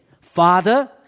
Father